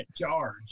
charge